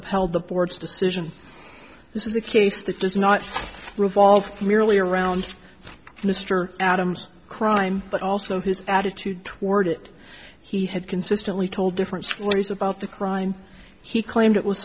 upheld the board's decision this is a case that does not revolve clearly around mr adams crime but also his attitude toward it he had consistently told different stories about the crime he claimed it was